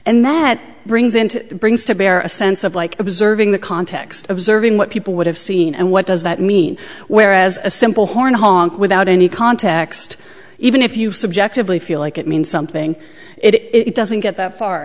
and that brings into brings to bear a sense of like observing the context of serving what people would have seen and what does that mean whereas a simple horn honk without any context even if you subjectively feel like it means something it doesn't get that far